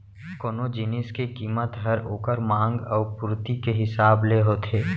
कोनो जिनिस के कीमत हर ओकर मांग अउ पुरती के हिसाब ले होथे